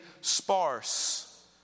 sparse